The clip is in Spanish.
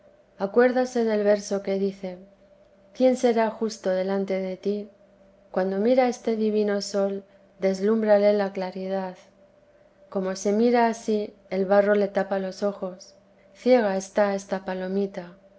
acuérdase del verso que dice quién será justo delante de ti cuando mira este divino sol deslúmbrale la claridad como se mira a sí el barro le tapa los ojos ciega está esta palomita